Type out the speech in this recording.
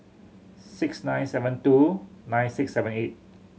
six nine seven two nine six seven eight